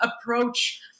approach